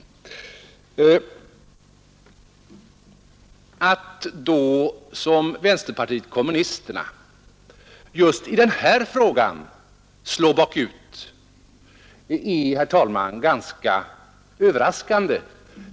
Att man då, som vänsterpartiet kommunisterna gör, just i den här frågan slår bakut är, herr talman, ganska överraskande.